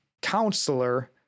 counselor